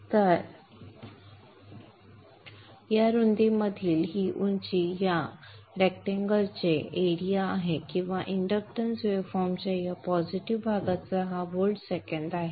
तर या रुंदीमधील ही उंची या आयताचे क्षेत्रफळ आहे किंवा इंडक्टन्स वेव्हफॉर्मच्या या पॉझिटिव्ह भागाचा हा व्होल्ट सेकंद आहे